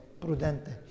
Prudente